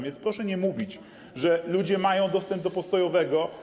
Więc proszę nie mówić, że ludzie mają dostęp do postojowego.